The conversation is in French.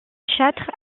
châtre